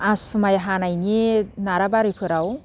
आसु माइ हानायनि नाराबारिफोराव